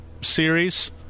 series